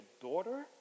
Daughter